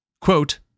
quote